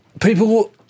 People